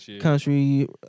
country